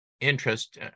interest